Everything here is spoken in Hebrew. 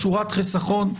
שורת חיסכון.